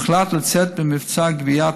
הוחלט לצאת במבצע גבייה